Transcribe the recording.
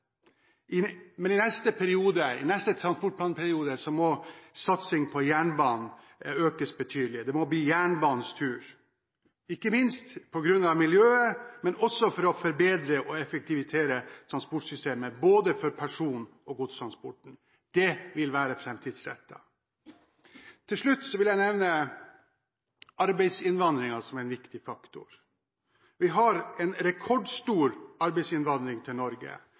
men i neste transportplanperiode må satsingen på jernbanen økes betydelig. Det må bli jernbanens tur, ikke minst på grunn av miljøet, men også for å forbedre og effektivisere transportsystemet, både for person- og godstransporten. Det vil være framtidsrettet. Til slutt vil jeg nevne arbeidsinnvandringen som en viktig faktor. Vi har en rekordstor arbeidsinnvandring til Norge,